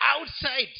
outside